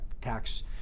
tax